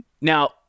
Now